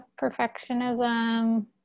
perfectionism